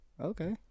okay